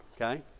okay